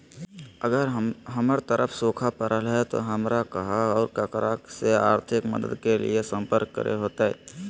अगर हमर तरफ सुखा परले है तो, हमरा कहा और ककरा से आर्थिक मदद के लिए सम्पर्क करे होतय?